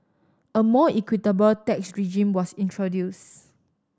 a more equitable tax regime was introduced